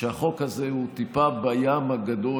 שהחוק הזה הוא טיפה בים הגדול,